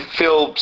feel